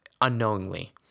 unknowingly